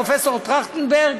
פרופסור טרכטנברג.